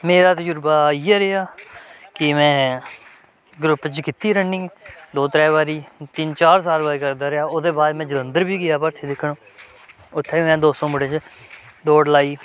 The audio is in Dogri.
मेरा तजुर्बा इ'यै रेहा कि में ग्रुप च कीती रनिंग दो त्रै बारी तिन्न चार साल बारी करदा रेहा ओह्दे बाद में जलंधर बी गेआ भरथी दिक्खन उत्थें बी में दो सौ मुड़े च दौड़ लाई